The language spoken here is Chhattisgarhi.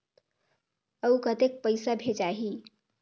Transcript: अउ कतेक पइसा भेजाही?